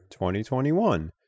2021